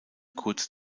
kurze